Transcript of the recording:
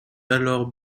alors